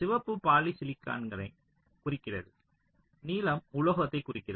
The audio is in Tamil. சிவப்பு பாலிசிலிகானைக் குறிக்கிறது நீலம் உலோகத்தைக் குறிக்கிறது